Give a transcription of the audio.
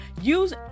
Use